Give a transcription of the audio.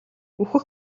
үхэх